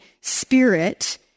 spirit